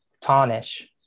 tarnish